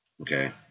Okay